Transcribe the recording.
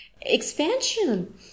expansion